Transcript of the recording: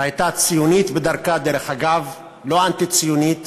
שהייתה ציונית בדרכה, דרך אגב, לא אנטי-ציונית,